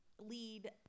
lead